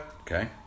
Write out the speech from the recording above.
Okay